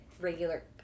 regular